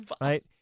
Right